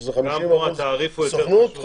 שזה 50% סוכנות,